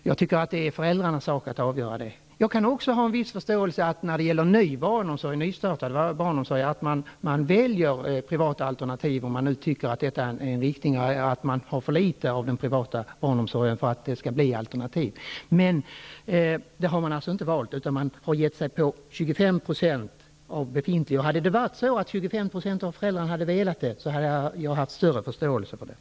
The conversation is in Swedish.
Jag tycker att det är föräldrarnas sak att avgöra det. Jag kan ha en viss förståelse för att man när det gäller nystartad barnomsorg väljer privata alternativ, om man nu tycker att man har för litet av privat barnomsorg för att det skall kunna bli alternativ. Detta är emellertid inte förhållandet i det här fallet, utan man har gett sig på 25 % av befintliga dagis. Om det verkligen varit så att 25 % av föräldrarna hade velat ha det så, skulle jag ha haft förståelse för det.